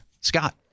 Scott